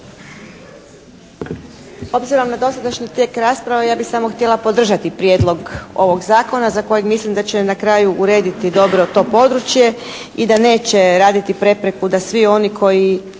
Obzirom na dosadašnji tijek rasprave ja bih samo htjela podržati prijedlog ovog zakona za kojeg mislim da će na kraju urediti dobro to područje i da neće raditi prepreku da svi oni koji